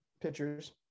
pitchers